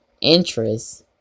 interest